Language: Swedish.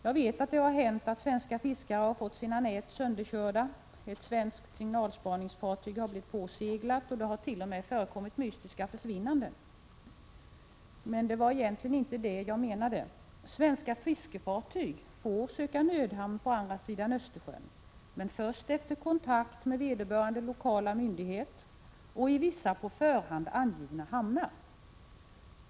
Jag vet att det har hänt att svenska fiskare har fått sina nät sönderkörda, att ett svenskt signalspaningsfartyg har blivit påseglat och att det t.o.m. har förekommit mystiska försvinnanden. Men det var egentligen inte detta jag menade. Svenska fiskefartyg får söka nödhamn på andra sidan Östersjön, men först efter kontakt med vederbörande lokala myndighet och i vissa på förhand angivna hamnar.